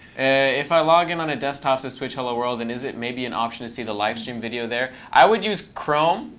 if i login on a desktop, says twitchhelloworld, then and is it maybe an option to see the livestream video there? i would use chrome.